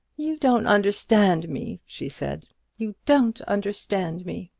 you don't understand me, she said you don't understand me.